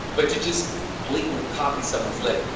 but you just blatantly copy someone's lick.